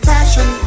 Passion